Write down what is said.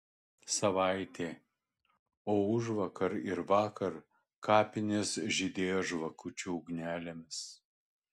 savaitė o užvakar ir vakar kapinės žydėjo žvakučių ugnelėmis